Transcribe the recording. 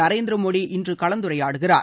நரேந்திர மோடி இன்று கலந்துரையாடுகிறார்